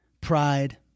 pride